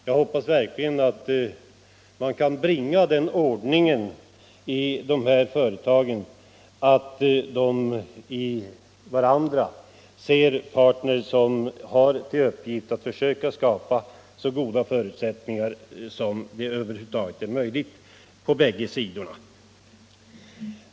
Jag hoppas verkligen att man kan åvägabringa en sådan ordning att dessa företag i varandra ser partner med uppgift att försöka skapa så goda förutsättningar som det över huvud taget är möjligt på bägge sidorna.